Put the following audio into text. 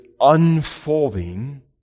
unfolding